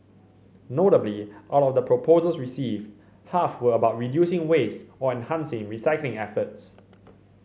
notably out of the proposals received half were about reducing waste or enhancing recycling efforts